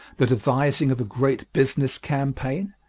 the devising of a great business campaign,